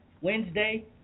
Wednesday